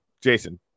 Jason